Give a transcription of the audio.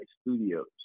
studios